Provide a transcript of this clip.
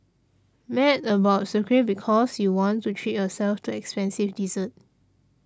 mad about Sucre because you want to treat yourself to expensive desserts